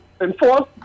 enforce